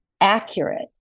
accurate